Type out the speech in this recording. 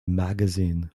magazine